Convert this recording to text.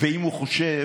ואם הוא חושב